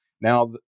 Now